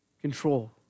control